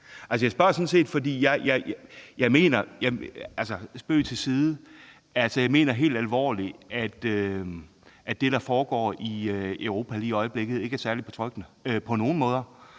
det? Spøg til side. Jeg mener helt alvorligt, at det, der foregår i Europa lige i øjeblikket, ikke er særlig betryggende på nogen måder.